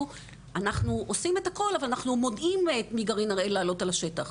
שאנחנו עושים הכל אבל מונעים מגרעין הראל לעלות על השטח.